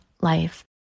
life